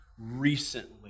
recently